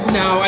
no